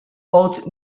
both